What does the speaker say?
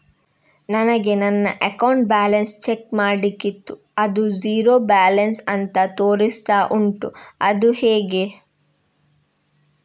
ನನಗೆ ನನ್ನ account balance check ಮಾಡ್ಲಿಕ್ಕಿತ್ತು ಅದು ಝೀರೋ ಬ್ಯಾಲೆನ್ಸ್ ಅಂತ ತೋರಿಸ್ತಾ ಉಂಟು ಅದು ಹೇಗೆ?